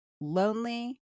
lonely